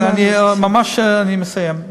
כן, ממש אני מסיים.